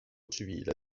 civile